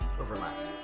overlapped